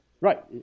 right